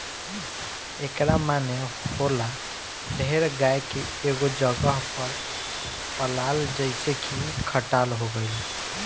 एकरा माने होला ढेर गाय के एगो जगह पर पलाल जइसे की खटाल हो गइल